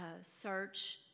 search